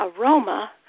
aroma